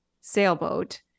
sailboat